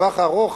בטווח הארוך,